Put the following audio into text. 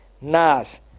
Nas